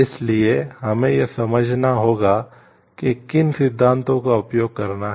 इसलिए हमें यह समझना होगा कि किन सिद्धांतों का उपयोग करना है